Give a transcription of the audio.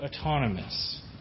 autonomous